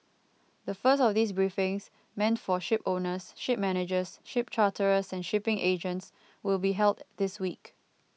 the first of these briefings meant for shipowners ship managers ship charterers and shipping agents will be held this week